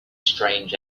strange